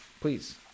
please